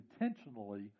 intentionally